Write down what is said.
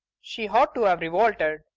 she ought to have revolted.